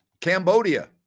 Cambodia